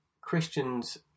Christians